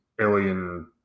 alien